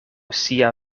sia